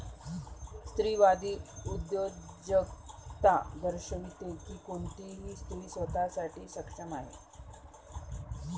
स्त्रीवादी उद्योजकता दर्शविते की कोणतीही स्त्री स्वतः साठी सक्षम आहे